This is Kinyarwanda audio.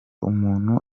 umuntu